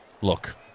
look